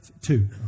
two